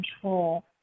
control